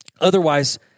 Otherwise